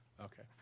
Okay